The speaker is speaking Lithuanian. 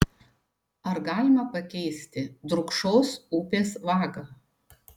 ar galima pakeisti drūkšos upės vagą